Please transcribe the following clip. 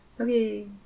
okay